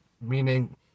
meaning